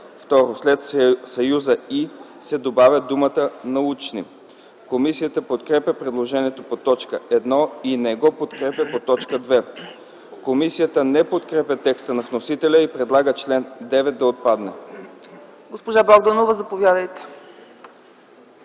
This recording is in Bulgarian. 2. след съюза „и” се добавя думата „научни”.” Комисията подкрепя предложението по т. 1 и не го подкрепя по т. 2. Комисията не подкрепя текста на вносителя и предлага чл. 9 да отпадне.